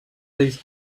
these